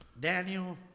Daniel